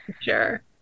sure